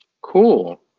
Cool